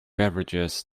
beverages